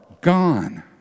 gone